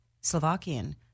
Slovakian